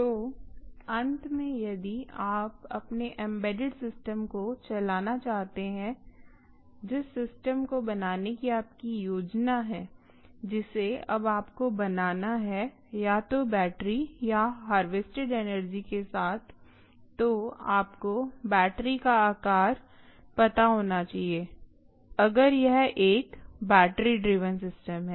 तो अंत में यदि आप अपने एम्बेडेड सिस्टम को चलाना चाहते हैं जिस सिस्टम को बनाने की आपकी योजना है जिसे अब आपको बनाना है या तो बैटरी या हार्वेस्टेड एनर्जी के साथ तो आपको बैटरी का आकार पता होना चाहिए अगर यह एक बैटरी ड्रिवेन सिस्टम है